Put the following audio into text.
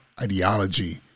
ideology